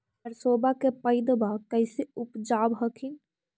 सरसोबा के पायदबा कैसे उपजाब हखिन?